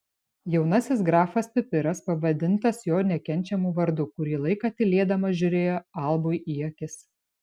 jaunasis grafas pipiras pavadintas jo nekenčiamu vardu kurį laiką tylėdamas žiūrėjo albui į akis